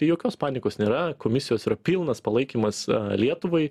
jokios panikos nėra komisijos yra pilnas palaikymas lietuvai